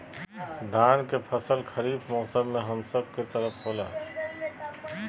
धान के फसल खरीफ मौसम में हम सब के तरफ होला